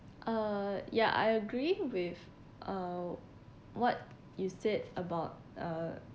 uh yeah I agree with uh what you said about uh